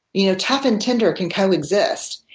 you know tough and tender can coexist.